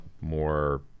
more